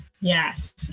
Yes